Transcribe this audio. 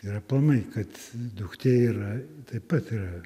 ir aplamai kad duktė yra taip pat yra